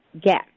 get